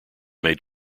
made